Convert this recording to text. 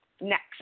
next